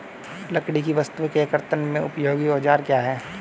लकड़ी की वस्तु के कर्तन में उपयोगी औजार क्या हैं?